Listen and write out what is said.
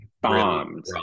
bombed